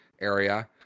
area